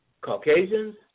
Caucasians